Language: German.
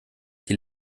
die